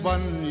one